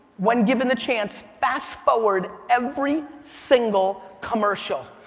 when given the chance fast-forward every single commercial?